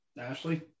Ashley